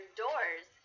doors